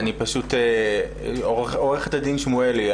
עוה"ד שמואלי,